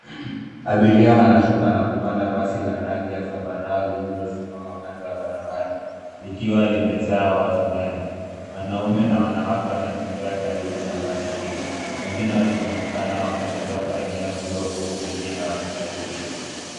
Abiria wanashuka na kupanda basi la rangi ya zambarau lilosimama kando ya barabara, likiwa limejaa watu ndani. Wanaume na wanawake wanatembea karibu na basi hilo. Wengine wakionekana wakiondoka eneo hilo, huku wengine wakikaribia.